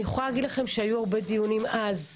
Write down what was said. אני יכולה להגיד לכם שהיו הרבה דיונים אז.